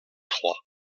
trois